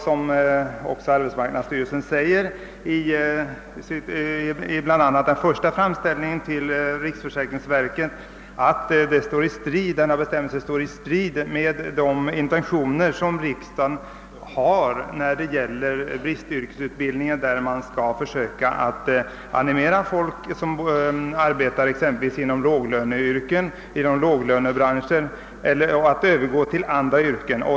Som också arbetsmarknadsstyrelsen säger bl.a. i sin första framställning till riksförsäkringsverket står denna bestämmelse i strid med de intentioner riksdagen har när det gäller bristyrkesutbildningen. Denna har som målsättning att man skall animera folk som arbetar exempelvis inom låglöneyrken att övergå till andra yrken.